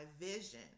vision